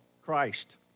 Christ